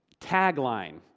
tagline